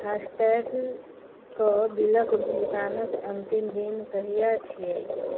FASTag कऽ बिलक भुगतानक अंतिम दिन कहिआ छिऐ